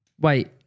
Wait